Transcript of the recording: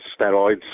steroids